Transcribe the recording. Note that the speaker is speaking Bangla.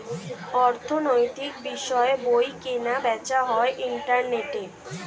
অর্থনৈতিক বিষয়ের বই কেনা বেচা হয় ইন্টারনেটে